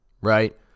right